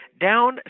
down